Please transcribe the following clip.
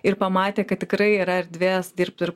ir pamatė kad tikrai yra erdvės dirbt ir